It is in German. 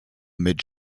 mit